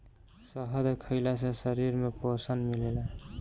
शहद खइला से शरीर में पोषण मिलेला